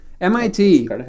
MIT